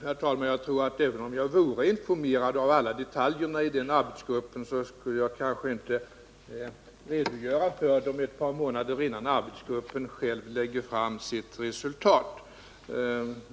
Jag tror, herr talman, att även om jag vore informerad om alla detaljer skulle jag nog inte redogöra för dem ett par månader innan arbetsgruppen själv lägger fram sitt resultat.